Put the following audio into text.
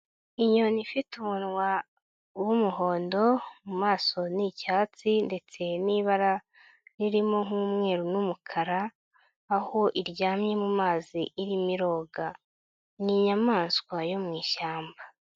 Inyoni ifite umunwa w'umuhondo mu maso ni icyatsi ndetse n'ibara ririmo nk'umweru n'umukara, aho iryamye mu mazi irimo iroga. Ni inyamaswa yo mu ishyamba.